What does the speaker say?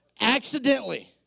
accidentally